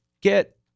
get